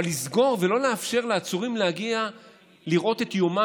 אבל לסגור ולא לאפשר לעצורים להגיע ולראות את יומם